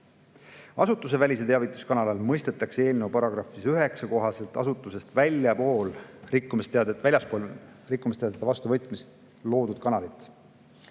Asutusevälise teavituskanali all mõistetakse eelnõu § 9 kohaselt asutusest väljaspool rikkumisteadete vastuvõtmiseks loodud kanalit.